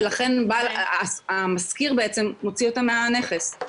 ולכן המשכיר מוציא אותם מהנכס.